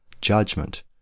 judgment